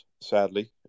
sadly